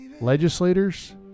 legislators